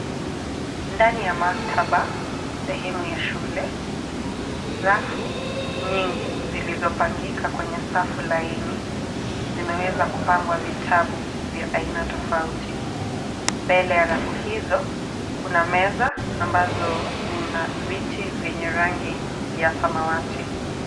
Ndani ya maktaba, sehemu ya shule , rafu nyingi zilizopangika kwenye safu laini zimeweza kupangwa vitabu vya aina tofauti. Mbele ya rafu izo kuna meza ambazo zina viti vyenye rangi ya samawati.